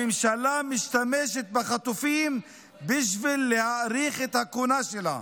הממשלה משתמשת בחטופים בשביל להאריך את הכהונה שלה,